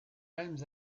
palmes